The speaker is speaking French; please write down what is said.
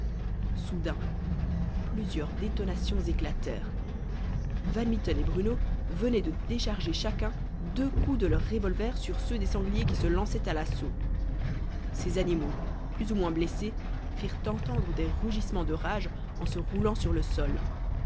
soudain plusieurs détonations éclatèrent van mitten et bruno venaient de décharger chacun deux coups de leur revolver sur ceux des sangliers qui se lançaient à l'assaut ces animaux plus ou moins blessés firent entendre des rugissements de rage en se roulant sur le sol